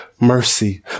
mercy